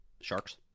sharks